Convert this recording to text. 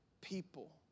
people